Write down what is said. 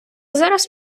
зараз